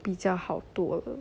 比较好多了